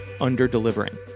under-delivering